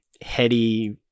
heady